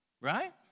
Right